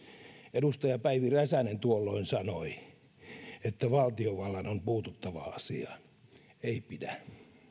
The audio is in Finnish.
edustaja päivi räsänen tuolloin sanoi että valtiovallan on puututtava asiaan ei pidä